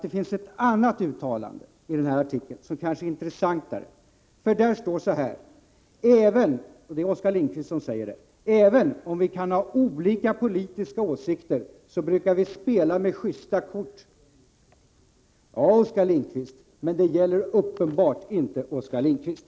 Det finns ett annat uttalande i den här artikeln som kanske är intressantare, och det är Oskar Lindkvist som säger det: ”Även om vi kan ha olika politiska åsikter så brukar vi spela med justa kort i utskottsarbetet.” Ja, det brukar vi göra, men det gäller uppenbarligen inte Oskar Lindkvist.